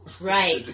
Right